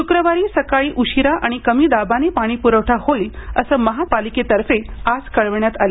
श्क्रवारी सकाळी उशिरा आणि कमी दाबाने पाणीप्रवठा होईल असं महापालिकेतर्फे आज कळवण्यात आलं